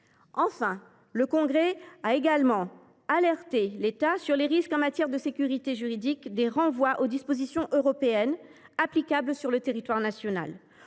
Enfin, le Congrès a également alerté l’État sur les risques en matière de sécurité juridique que font peser les renvois aux dispositions européennes applicables sur le territoire national.